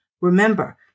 Remember